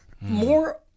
More